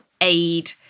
aid